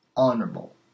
Honorable